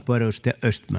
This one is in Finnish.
puhemies